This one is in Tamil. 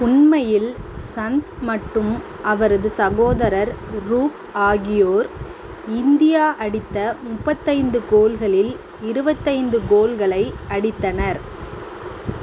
உண்மையில் சந்த் மற்றும் அவரது சகோதரர் ரூப் ஆகியோர் இந்தியா அடித்த முப்பத்தைந்து கோல்களில் இருபத்தைந்து கோல்களை அடித்தனர்